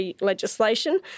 Legislation